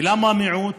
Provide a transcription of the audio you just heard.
ולמה המיעוט?